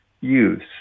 use